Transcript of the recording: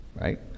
right